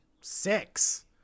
six